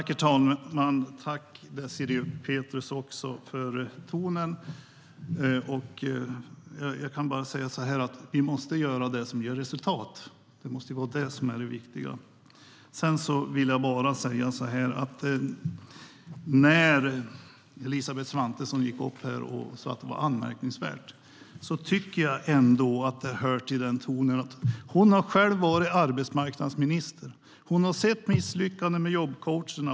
Herr talman! Tack, Désirée Pethrus, för din ton! Jag kan bara säga så här att vi måste göra det som ger resultat. Det måste vara det som är det viktiga. Elisabeth Svantesson har själv varit arbetsmarknadsminister. Hon har sett misslyckandet med jobbcoacherna.